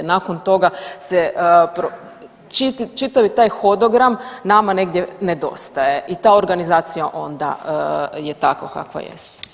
Nakon toga se, čitav taj hodogram nama negdje nedostaje i ta organizacija onda je takva kakva jest.